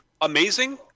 amazing